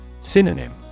Synonym